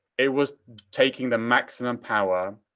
it was taking the maximum power.